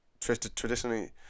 traditionally